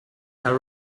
are